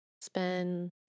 spend